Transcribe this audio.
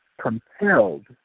compelled